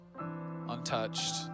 untouched